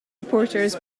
supporters